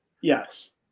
Yes